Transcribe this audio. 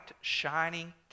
shining